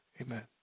amen